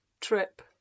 trip